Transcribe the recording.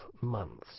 months